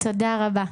תודה רבה.